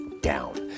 down